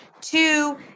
Two